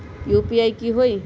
UPI की होई?